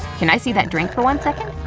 can i see that drink for one second?